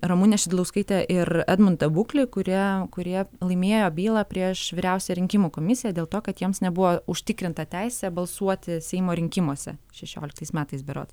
ramunę šidlauskaitę ir edmundą buklį kurie kurie laimėjo bylą prieš vyriausiąją rinkimų komisiją dėl to kad jiems nebuvo užtikrinta teisė balsuoti seimo rinkimuose šešioliktais metais berods